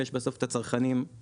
ויש בסוף את הצרכנים הישראלים.